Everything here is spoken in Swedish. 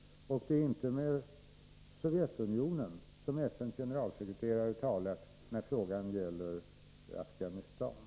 Och det är inte med Sovjetunionen som FN:s generalsekreterare har talat när frågan gäller Afghanistan.